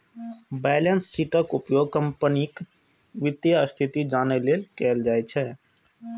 balance शीटक उपयोग कंपनीक वित्तीय स्थिति जानै लेल कैल जाइ छै